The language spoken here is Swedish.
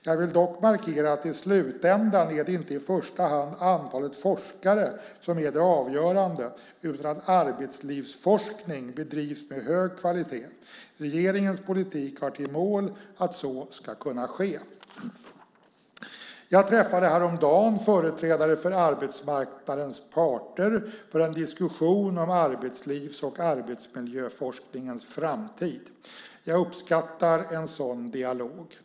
Jag vill dock markera att i slutändan är det inte i första hand antalet forskare som är det avgörande utan att arbetslivsforskning bedrivs med hög kvalitet. Regeringens politik har till mål att så ska kunna ske. Jag träffade häromdagen företrädare för arbetsmarknadens parter för en diskussion om arbetslivs och arbetsmiljöforskningens framtid. Jag uppskattar en sådan dialog.